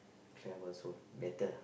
clever so better